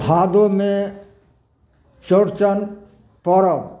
भादोमे चौरचन परब